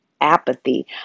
apathy